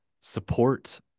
support